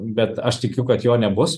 bet aš tikiu kad jo nebus